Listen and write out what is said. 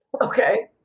Okay